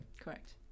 Correct